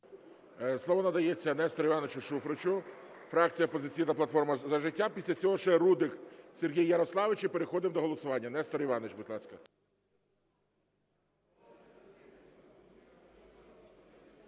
Слово надається Нестору Івановичу Шуфричу, фракція "Опозиційна платформа - За життя". Після цього ще Рудик Сергій Ярославович - і переходимо до голосування. Нестор Іванович, будь ласка.